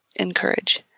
encourage